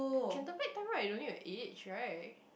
you can turn back time right you don't need to age right